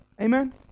Amen